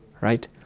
right